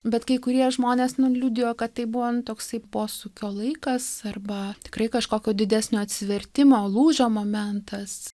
bet kai kurie žmonės liudijo kad tai buvo nu toksai posūkio laikas arba tikrai kažkokio didesnio atsivertimo lūžio momentas